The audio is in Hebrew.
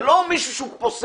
זה לא מישהו שהוא פוסל.